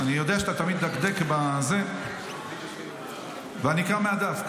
אני יודע שאתה מדקדק בזה, ואני אקרא מהדף.